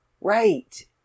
right